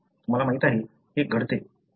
तुम्हाला माहिती आहे हे घडते